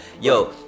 Yo